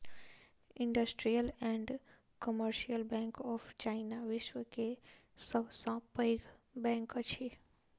industrial and commercial bank of China, विश्व के सब सॅ पैघ बैंक अछि